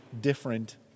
different